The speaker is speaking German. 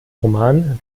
roman